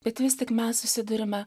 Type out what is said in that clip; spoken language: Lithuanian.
bet vis tik mes susiduriame